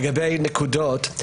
לגבי הנקודות: